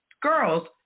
girls